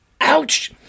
Ouch